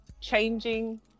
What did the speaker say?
changing